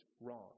wrong